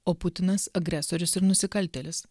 o putinas agresorius ir nusikaltėlis